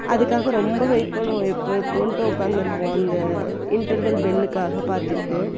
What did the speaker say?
அதுக்காக ரொம்ப வெயிட் பண்ணுவோம் எப்போது எப்போதுன்ட்டு உட்காந்துருப்போம் அந்த இன்டர்வல் பெல்லுக்காக பார்த்துக்கிட்டு